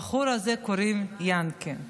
לבחור הזה קוראים יענקי.